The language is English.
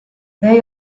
they